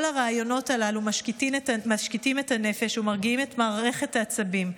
כל הרעיונות הללו משקיטים את הנפש ומרגיעים את מערכת העצבים,